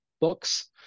books